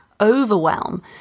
overwhelm